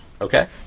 okay